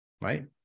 right